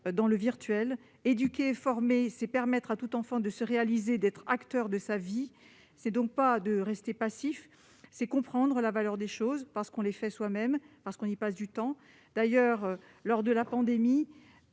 dans le virtuel. Éduquer et former, c'est permettre à tout enfant de se réaliser, d'être acteur de sa vie, et donc, non seulement de ne pas rester passif, mais de comprendre la valeur des choses parce qu'on les fait soi-même, parce qu'on y passe du temps. Lors de cette pandémie